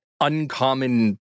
uncommon